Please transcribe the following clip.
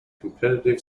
competitive